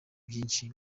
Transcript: byinshi